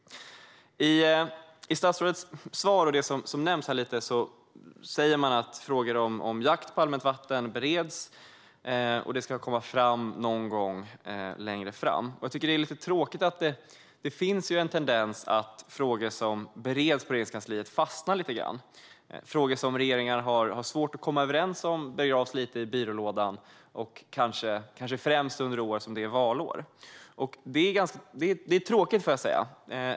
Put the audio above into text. I statsrådets svar sa han att frågor om jakt på allmänt vatten bereds och att detta ska komma fram någon gång längre fram. Jag tycker att det är lite tråkigt att det finns en tendens att frågor som bereds på Regeringskansliet fastnar lite grann. Frågor som regeringen har svårt att komma överens om begravs i byrålådan, kanske främst under valår. Det är tråkigt, får jag säga.